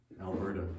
Alberta